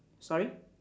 sorry